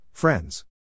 Friends